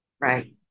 Right